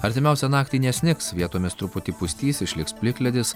artimiausią naktį nesnigs vietomis truputį pustys išliks plikledis